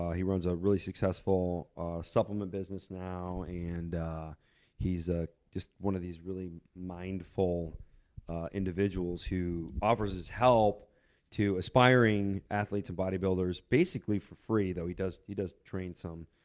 ah he runs a really successful supplement business now, and he's ah just one of these really mindful individuals who offers his help to aspiring athletes and bodybuilders basically for free, though he does he does train some.